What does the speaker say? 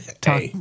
Talk